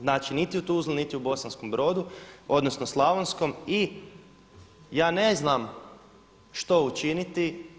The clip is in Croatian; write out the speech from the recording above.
Znači niti u Tuzli, niti u Bosanskom Brodu odnosno Slavonskom i ja ne znam što učiniti.